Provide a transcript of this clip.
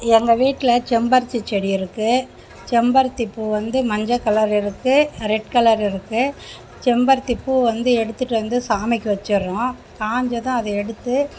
எங்கள் வீட்டில் செம்பருத்தி செடி இருக்கு செம்பருத்தி பூ வந்து மஞ்ச கலரு இருக்கு ரெட் கலரு இருக்கு செம்பருத்தி பூ வந்து எடுத்துகிட்டு வந்து சாமிக்கு வச்சுருறோம் காஞ்சதும் அதை எடுத்து